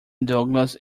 douglas